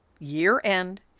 year-end